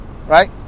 Right